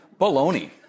Baloney